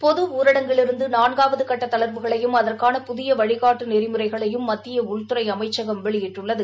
பொது ஊரடங்கிலிருந்து நான்காவது கட்ட தளர்வுகளையும் அதற்கான புதிய வழிகாட்டு நெறிமுறைகளையும் மத்திய உள்துறை அமைச்சகம் வெளியிட்டுள்ளது